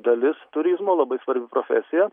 dalis turizmo labai svarbi profesija